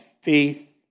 faith